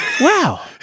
Wow